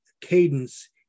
cadence